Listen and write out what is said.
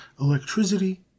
electricity